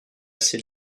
ses